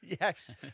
Yes